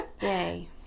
yay